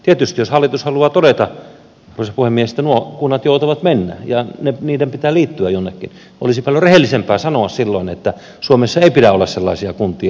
tietysti jos hallitus haluaa todeta arvoisa puhemies että nuo kunnat joutavat mennä ja niiden pitää liittyä jonnekin olisi paljon rehellisempää sanoa silloin että suomessa ei pidä olla sellaisia kuntia